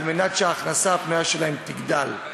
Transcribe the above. כדי שההכנסה הפנויה שלהם תגדל,